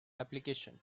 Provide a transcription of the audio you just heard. application